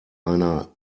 einer